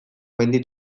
mendi